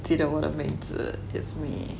记得我的名字 it's me